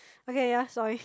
okay ya sorry